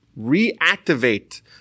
reactivate